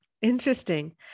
Interesting